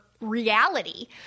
reality